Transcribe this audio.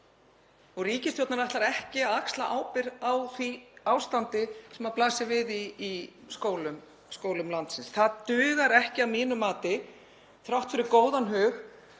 ár. Ríkisstjórnin ætlar ekki að axla ábyrgð á því ástandi sem blasir við í skólum landsins. Það dugar ekki að mínu mati, þrátt fyrir góðan hug,